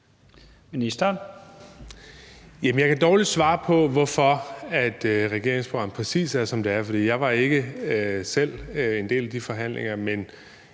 Jeg kan dårligt svare på, hvorfor regeringsprogrammet præcis er, som det er, for jeg var ikke selv en del af de forhandlinger.